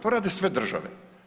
To rade sve države.